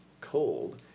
cold